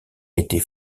été